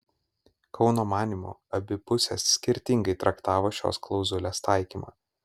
kauno manymu abi pusės skirtingai traktavo šios klauzulės taikymą